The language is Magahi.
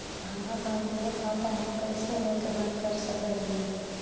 हमरा पास दु गो खाता हैं, हम कैसे एगो के बंद कर सक हिय?